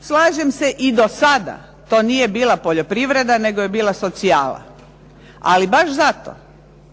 Slažem se i do sada to nije bila poljoprivreda, nego je bila socijala, ali baš zato